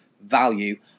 value